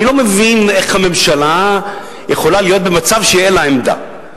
אני לא מבין איך הממשלה יכולה להיות במצב שאין לה עמדה.